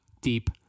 deep